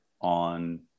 on